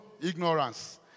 Ignorance